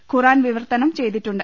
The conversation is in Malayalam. ഖുർആൻ വിവർത്തനം ചെയ്തിട്ടുണ്ട്